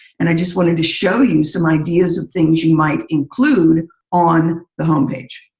and i just wanted to show you some ideas of things you might include on the home page.